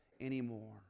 anymore